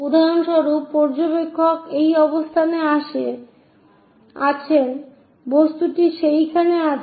উদাহরণস্বরূপ পর্যবেক্ষক এই অবস্থানে আছেন বস্তুটি সেইখানে আছে